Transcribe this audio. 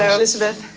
um elisabeth,